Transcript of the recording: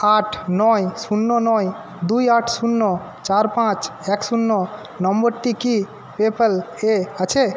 আট নয় শূন্য নয় দুই আট শূন্য চার পাঁচ এক শূন্য নম্বরটি কি পেপ্যাল এ আছে